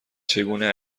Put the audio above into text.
چگونه